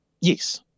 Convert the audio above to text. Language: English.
Yes